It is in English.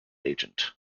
agent